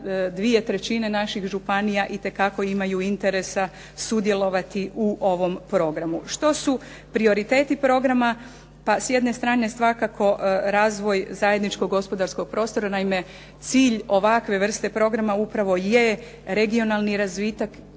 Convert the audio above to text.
se da 2/3 naših županija itekako imaju interesa sudjelovati u ovom programu. Što su prioriteti programa? Pa s jedne strane svakako razvoj zajedničkog gospodarskog prostora, naime cilj ovakve vrste programa upravo je regionalni razvitak,